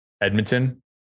Edmonton